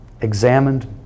examined